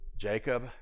Jacob